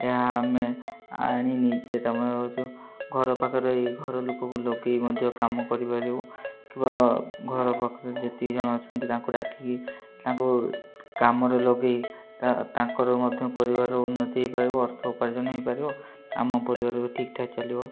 ଏହା ଆମେ ଆଣି ନିଜେ ତାମେ ହେଉଛୁ ଘର ପାଖରେ ଏଇ ଘର ଲୋକକୁ ଲଗେଇ ମଧ୍ୟ କାମ କରିପାରିବୁ କିମ୍ବା ଘର ପାଖରେ ଯେତିକି ଜଣ ଅଛନ୍ତି ତାଙ୍କୁ ଡାକିକି ତାଙ୍କୁ କାମରେ ଲଗେଇ ତାଙ୍କର ମଧ୍ୟ ପରିବାରର ଉନ୍ନତି ହେଇପାରିବ ଅର୍ଥ ଉପାର୍ଜନ ହେଇପାରିବ ଆମ ପରିବାର ବି ଠିକ୍ଠାକ୍ ଚାଲିବ